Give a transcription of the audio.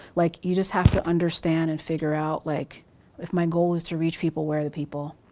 like you just have to understand and figure out like if my goal is to reach people, where are the people?